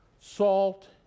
salt